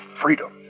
freedom